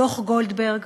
דוח גולדברג